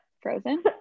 Frozen